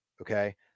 Okay